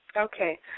Okay